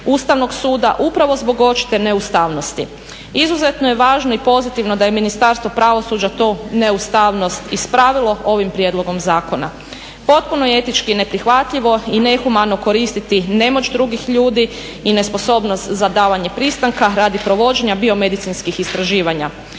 Ustavnog suda upravo zbog očite neustavnosti. Izuzetno je važno i pozitivno da je Ministarstvo pravosuđa tu neustavnost ispravilo ovim prijedlogom zakona. Potpuno je etički neprihvatljivo i nehumano koristiti nemoć drugih ljudi i nesposobnost za davanje pristanka radi provođenja biomedicinskih istraživanja.